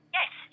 yes